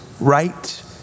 Right